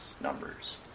Numbers